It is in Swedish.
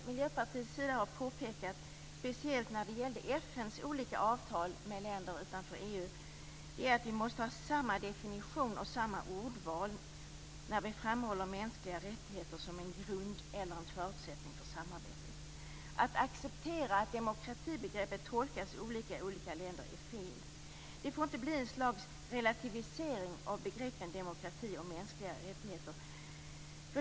Vad som är viktigt när det speciellt gäller FN:s olika avtal med länder utanför EU, vilket Miljöpartiet har påpekat, är att vi måste ha samma definition och samma ordval när vi framhåller mänskliga rättigheter som en grund eller en förutsättning för samarbete. Att acceptera att demokratibegreppet tolkas olika i olika länder är fel. Det får inte bli ett slags relativisering av begreppen demokrati och mänskliga rättigheter.